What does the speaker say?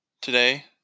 today